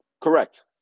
Correct